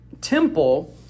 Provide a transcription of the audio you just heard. temple